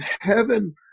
heaven